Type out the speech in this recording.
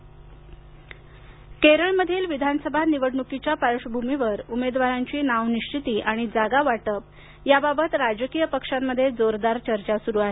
केरळ केरळमधील विधानसभा निवडणुकीच्या पार्श्वभूमीवर उमेदवारांची नाव निश्विती आणि जागा वाटप याबाबत राजकीय पक्षांमध्ये जोरदार चर्चा सुरू आहे